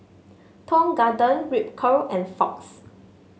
Tong Garden Ripcurl and Fox